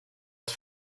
het